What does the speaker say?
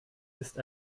ist